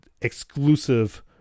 exclusive